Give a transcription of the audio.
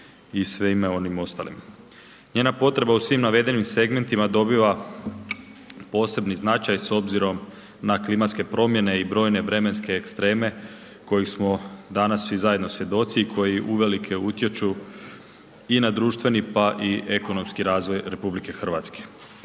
i svime onim ostalim. Njena potreba u svim navedenim segmentima dobiva poseban značaj s obzirom na klimatske promjene i brojne vremenske ekstreme kojim smo danas svi zajedno svjedoci i koji uvelike utječu i na društveni, pa i ekonomski razvoj RH.